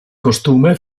costume